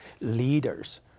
leaders